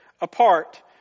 apart